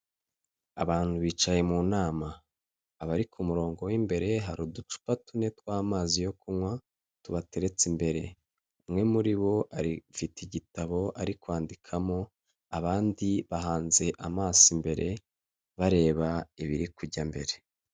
Iyi foto iragaragaza ahantu bacuruzwa hari abantu bari guhaha hari aho ubu abantu bishimye aho umuntu afite ibyagiye kwa mu ntoki hari naho umuntu atishimye.